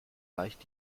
leicht